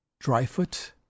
dryfoot